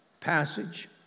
passage